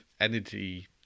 energy